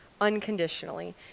unconditionally